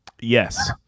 Yes